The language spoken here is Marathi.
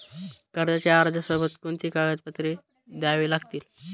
कर्जाच्या अर्जासोबत कोणती कागदपत्रे द्यावी लागतील?